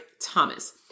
Thomas